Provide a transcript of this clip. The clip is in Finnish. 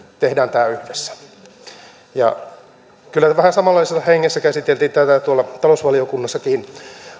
tehdään tämä yhdessä kyllä vähän samanlaisessa hengessä käsiteltiin tätä tuolla talousvaliokunnassakin